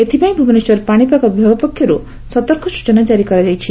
ଏଥପାଇଁ ଭୁବନେଶ୍ୱର ପାଶିପାଗ ବିଭାଗ ପକ୍ଷରୁ ସତର୍କ ସୂଚନା କାରି କରାଯାଇଛି